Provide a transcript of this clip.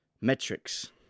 Metrics